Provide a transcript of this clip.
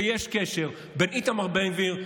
ויש קשר בין איתמר בן גביר,